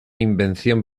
invención